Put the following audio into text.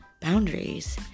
boundaries